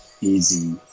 easy